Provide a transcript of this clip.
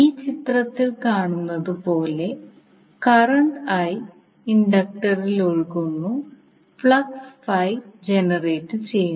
ഈ ചിത്രത്തിൽ കാണുന്നതുപോലെ കറണ്ട് i ഇൻഡക്ടറിൽ ഒഴുകുന്നു ഫ്ലക്സ് ഫൈ ജനറേറ്റുചെയ്യുന്നു